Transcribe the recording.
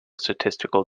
statistical